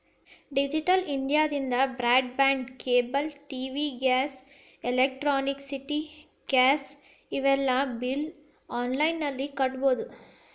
digital ಇಂಡಿಯಾದಿಂದ broadband cable TV gas electricity gas ಇವೆಲ್ಲಾ ಬಿಲ್ನ ಆನ್ಲೈನ್ ನಲ್ಲಿ ಕಟ್ಟಬೊದು